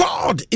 God